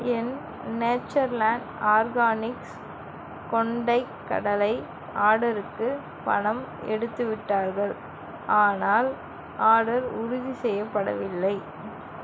என் Natureland organics கொண்டைக் கடலை ஆர்டருக்கு பணம் எடுத்துவிட்டார்கள் ஆனால் ஆர்டர் உறுதி செய்யப்படவில்லை